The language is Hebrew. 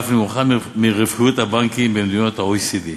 ואף נמוכה מרווחיות הבנקים במדינות ה-OECD.